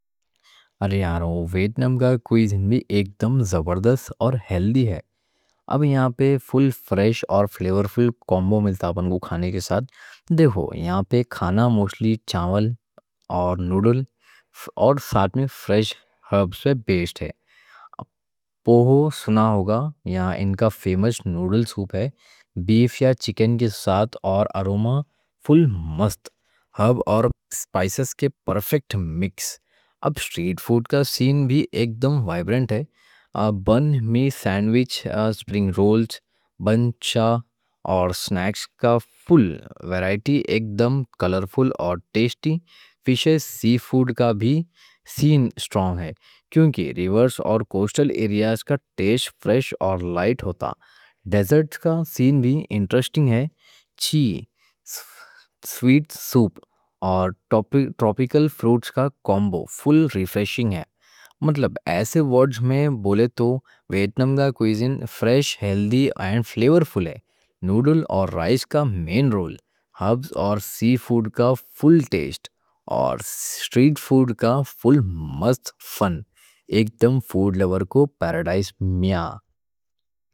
ارے یارو، ویتنام کا کُوِیزین بھی ایک دم زبردست اور ہیلتھی ہے۔ اب یہاں پہ فل فریش اور فلیور فل کومبو ملتا ہے آپ کو کھانے کے ساتھ۔ دیکھو یہاں پہ کھانا مچھلی، چاول اور نوڈل، اور ساتھ میں فریش ہربز پہ بیسڈ ہے۔ فو سنا ہوگا، یہاں ان کا فیمس نوڈل سوپ ہے بیف یا چکن کے ساتھ، اور آروما فل مست۔ ہربز اور اسپائسز کے پرفیکٹ مکس۔ اب اسٹریٹ فوڈ کا سین بھی ایک دم وائبرنٹ ہے۔ بان می سینڈوِچ، سپرنگ رولز، بن چا اور سناکس کا فل ویرائٹی، ایک دم کلر فل اور ٹیسٹی فِشے، سی فوڈ کا بھی سین سٹرونگ ہے۔ کیونکہ ریورز اور کوسٹل ایریاز کا ٹیسٹ فریش اور لائٹ ہوتا ہے۔ ڈیزرٹ کا سین بھی انٹرسٹنگ ہے۔ چی سوپ اور ٹراپیکل فروٹس کا کومبو فل ریفریشنگ ہے۔ مطلب ایسے ورڈز میں بولے تو، ویتنام کا کُوِیزین فریش، ہیلتھی اور فلیور فل ہے۔ نوڈل اور رائس کا مین رول، ہربز اور سی فوڈ کا فل ٹیسٹ، اور اسٹریٹ فوڈ کا فل مست فن۔ ایک دم فوڈ لوور کو پیراڈائز میاں۔